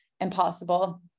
impossible